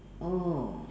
oh